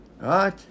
Right